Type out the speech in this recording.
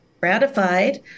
ratified